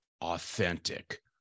authentic